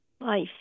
Life